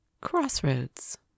crossroads